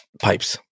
pipes